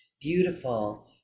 beautiful